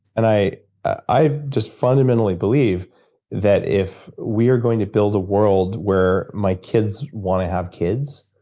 and i i just fundamentally believe that if we are going to build a world where my kids want to have kids,